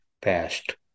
past